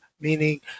meaning